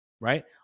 right